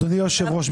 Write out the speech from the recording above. אדוני היושב-ראש,